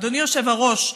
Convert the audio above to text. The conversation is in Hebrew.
אדוני היושב-ראש,